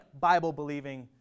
Bible-believing